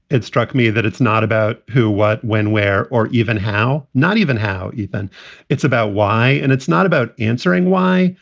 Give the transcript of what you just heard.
it struck me that it's not about who, what, when, where or even how, not even how even it's about why. and it's not about answering why.